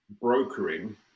brokering